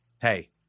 Hey